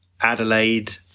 Adelaide